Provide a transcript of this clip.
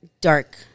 dark